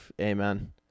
Amen